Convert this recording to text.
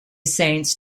saints